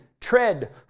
tread